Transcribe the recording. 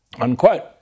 Unquote